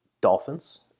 Dolphins